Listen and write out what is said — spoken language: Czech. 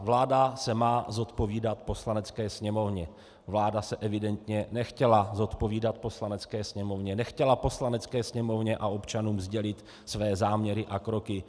Vláda se má zodpovídat Poslanecké sněmovně, vláda se evidentně nechtěla zodpovídat Poslanecké sněmovně, nechtěla Poslanecké sněmovně a občanům sdělit své záměry a kroky.